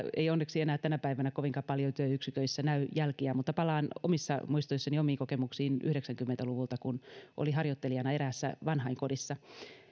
ei onneksi enää tänä päivänä kovinkaan paljon työyksiköissä näy jälkiä mutta palaan omissa muistoissani omiin kokemuksiini yhdeksänkymmentä luvulta kun olin harjoittelijana eräässä vanhainkodissa